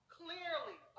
clearly